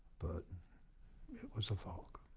but it was a faulk.